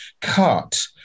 cut